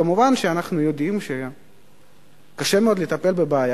מובן שאנחנו יודעים שקשה מאוד לטפל בבעיה